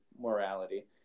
morality